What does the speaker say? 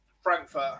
Frankfurt